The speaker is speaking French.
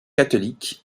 catholique